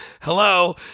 Hello